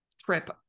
trip